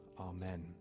amen